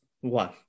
one